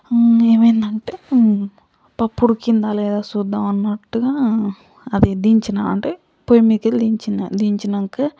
ఏమైందంటే పప్పు ఉడికిందా లేదా చూద్దాం అన్నట్టుగా అది దించినా అంటే పొయ్యి మీదికెళ్ళి దించినా దించినాంకా